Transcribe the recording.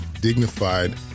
dignified